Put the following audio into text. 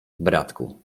bratku